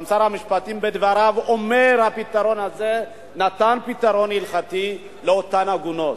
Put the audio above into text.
גם שר המשפטים בדבריו אומר: הפתרון הזה נתן פתרון הלכתי לאותן עגונות.